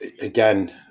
again